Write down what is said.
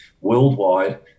worldwide